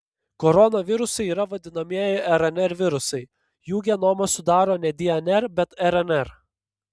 koronavirusai yra vadinamieji rnr virusai jų genomą sudaro ne dnr bet rnr